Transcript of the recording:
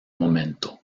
momento